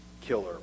killer